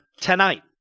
tonight